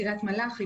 קריית מלאכי,